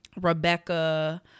Rebecca